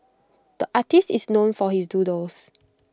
the artist is known for his doodles